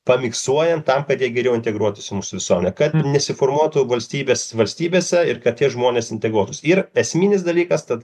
pamiksuojant tam kad jie geriau integruotųsi į mūsų visuomenę kad nesiformuotų valstybės valstybėse ir kad tie žmonės integruotųsi ir esminis dalykas tad